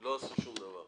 -- לא עשו שום דבר.